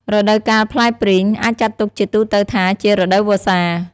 រដូវកាលផ្លែព្រីង អាចចាត់ទុកជាទូទៅថាជា រដូវវស្សា។